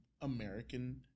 American